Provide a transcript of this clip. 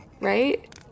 Right